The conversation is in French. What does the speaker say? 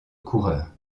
coureurs